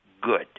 good